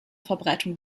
verbreitung